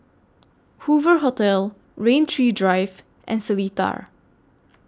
Hoover Hotel Rain Tree Drive and Seletar